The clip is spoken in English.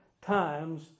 times